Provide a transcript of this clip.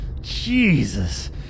Jesus